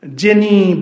jenny